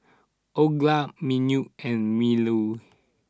Olga Manuel and Mylie